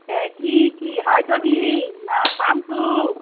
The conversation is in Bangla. হ্যাঁ কী কী হাই চটি না পাম্প শ্যু